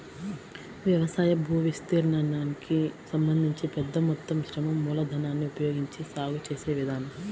వ్యవసాయ భూవిస్తీర్ణానికి సంబంధించి పెద్ద మొత్తం శ్రమ మూలధనాన్ని ఉపయోగించి సాగు చేసే విధానం